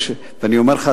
אני אומר לך,